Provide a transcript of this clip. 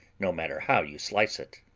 no matter how you slice it.